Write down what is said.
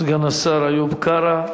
סגן השר איוב קרא,